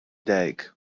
dijk